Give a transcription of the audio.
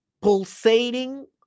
pulsating